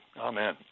Amen